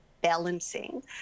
balancing